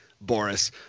Boris